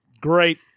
great